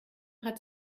hat